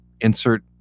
insert